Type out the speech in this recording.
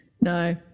No